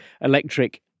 electric